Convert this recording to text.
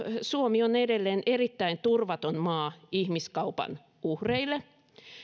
suomi on edelleen erittäin turvaton maa ihmiskaupan uhreille